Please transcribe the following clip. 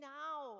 now